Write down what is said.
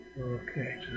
Okay